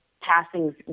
passings